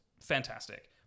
fantastic